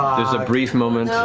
there's a brief moment